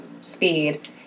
speed